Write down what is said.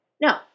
No